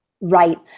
right